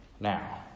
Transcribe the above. Now